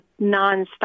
nonstop